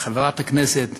לחברת הכנסת